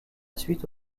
suite